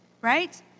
right